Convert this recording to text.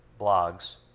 blogs